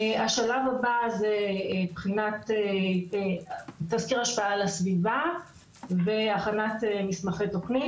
השלב הבא זה בחינת תזכיר השפעה על הסביבה והכנת מסמכי תוכנית,